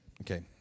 okay